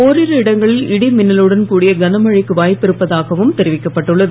ஓரிரு இடங்களில் இடி மின்னலுடன் கூடிய கனமழைக்கு வாய்ப்பு இருப்பதாகவும் தெரிவிக்கப்பட்டு உள்ளது